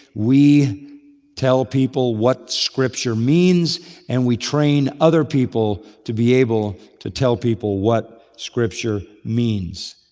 we tell people what scripture means and we train other people to be able to tell people what scripture means.